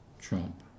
Trump